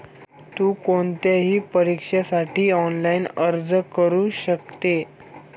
तु कोणत्याही परीक्षेसाठी ऑनलाइन अर्ज करू शकते